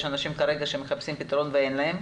יש כרגע אנשים שמחפשים פתרון ואין להם,